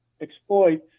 exploit